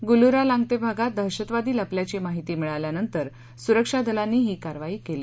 गुलूरा लांगते भागात दहशतवादी लपल्याची माहिती मिळाल्यानंतर सुरक्षा दलांनी ही कारवाई केली